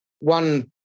One